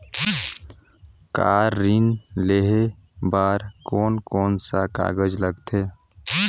Car ऋण लेहे बार कोन कोन सा कागज़ लगथे?